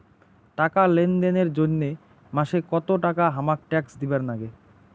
টাকা লেনদেন এর জইন্যে মাসে কত টাকা হামাক ট্যাক্স দিবার নাগে?